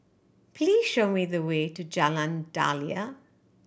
please show me the way to Jalan Daliah